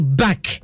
back